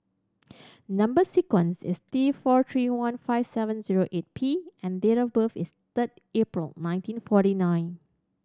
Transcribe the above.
number sequence is T four three one five seven zero eight P and date of birth is third April nineteen forty nine